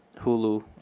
hulu